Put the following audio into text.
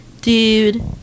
Dude